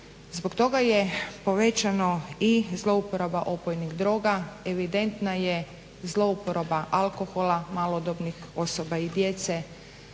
Zbog toga je povećana i zlouporaba opojnih droga, evidentna je zlouporaba alkohola malodobnih osoba i djece.